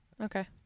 Okay